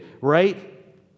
right